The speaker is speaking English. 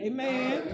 Amen